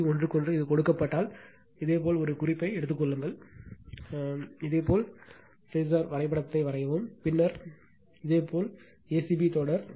120 ஒன்றுக்கொன்று இது கொடுக்கப்பட்டால் இதேபோல் ஒரு குறிப்பை எடுத்துக் கொள்ளுங்கள் இதேபோல் தயவுசெய்து பேஸர் வரைபடத்தை வரையவும் பின்னர் இதேபோல் இது a c b தொடர்